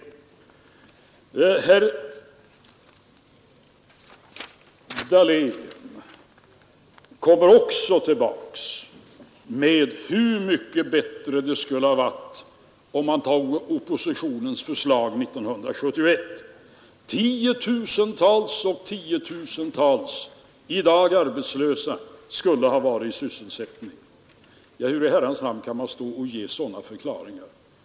Herr Dahlén kom också tillbaka till hur mycket bättre det skulle ha varit, om man bifallit oppositionens förslag år 1971. Tiotusentals och åter tiotusentals i dag arbetslösa människor skulle i så fall ha varit i sysselsättning. Hur i Herrans namn kan man avge sådana förklaringar?